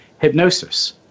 hypnosis